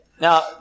Now